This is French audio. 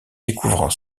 découvrant